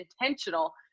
intentional